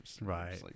Right